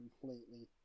completely